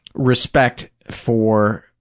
respect for